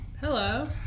Hello